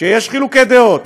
שיש חילוקי דעות,